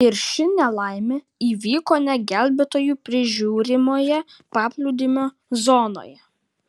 ir ši nelaimė įvyko ne gelbėtojų prižiūrimoje paplūdimio zonoje